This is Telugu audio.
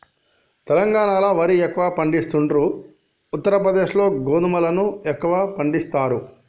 తెలంగాణాల వరి ఎక్కువ పండిస్తాండ్రు, ఉత్తర ప్రదేశ్ లో గోధుమలను ఎక్కువ పండిస్తారు